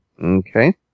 Okay